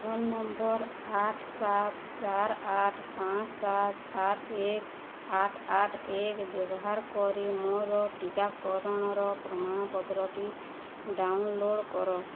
phone number ଆଠ ସାତ ଚାର ଆଠ ପାଞ୍ଚ ସାତ ଆଠ ଏକ ଆଠ ଆଠ ଏକ ବ୍ୟବହାର କରି ମୋର ଟିକାକରଣର ପ୍ରମାଣପତ୍ରଟି ଡାଉନଲୋଡ଼୍ କର